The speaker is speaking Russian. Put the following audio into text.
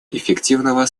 эффективного